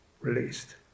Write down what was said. released